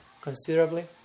considerably